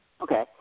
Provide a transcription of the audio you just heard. Okay